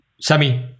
Sammy